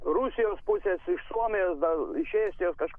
rusijos pusės iš suomijos dar iš estijos kas